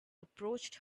approached